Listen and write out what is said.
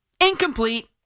Incomplete